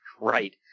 Right